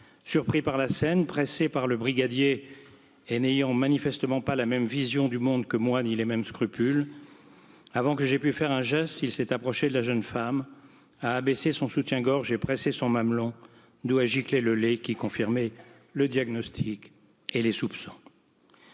surpris par la scène pressé par le brigadier et n'ayant manifestement pas la même vision du monde que moi, ni les mêmes scrupules avant que j'aie pu faire un geste s'il s'est approché de la jeune femme, a abaissé son mamelon, d'où a giclé le lait qui confirmait le diagnostic et les soupçons,